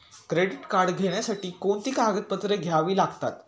Credit card घेण्यासाठी कोणती कागदपत्रे घ्यावी लागतात?